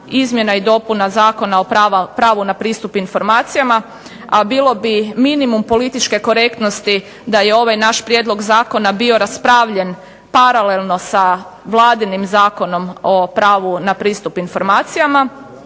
izmjena i dopuna Zakona o pravu na pristup informacijama. A bilo bi minimum političke korektnosti da je ovaj naš prijedlog zakona bio raspravljen paralelno sa Vladinim Zakonom o pravu na pristup informacijama